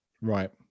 Right